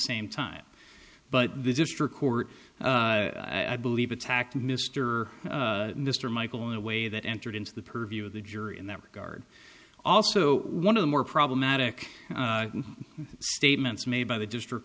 same time but the district court i believe attacked mr mr michael in a way that entered into the purview of the jury in that regard also one of the more problematic statements made by the district